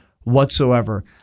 whatsoever